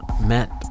meant